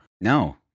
No